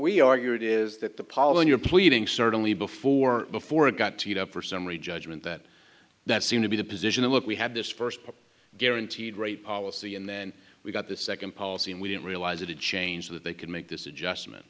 we argue it is that the pollen you're pleading certainly before before it got to eat up for summary judgment that that seemed to be the position of look we had this first guaranteed rate policy and then we got the second policy and we didn't realize it had changed that they can make this adjustment